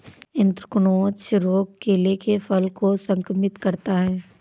anthracnose रोग केले के फल को संक्रमित करता है